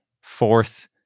fourth